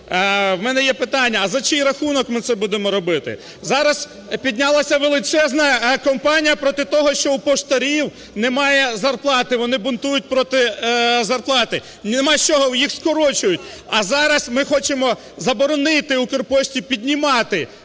у мене є питання, а за чий рахунок ми це будемо робити. Зараз піднялася величезна кампанія проти того, що у поштарів немає зарплати, вони бунтують проти зарплати, немає з чого, їх скорочують. А зараз ми хочемо заборонити "Укрпошті" піднімати